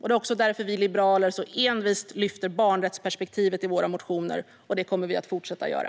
Det är därför vi liberaler så envist lyfter fram barnrättsperspektivet i våra motioner, och det kommer vi att fortsätta göra.